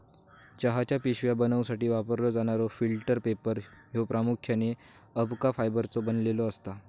चहाच्या पिशव्या बनवूसाठी वापरलो जाणारो फिल्टर पेपर ह्यो प्रामुख्याने अबका फायबरचो बनलेलो असता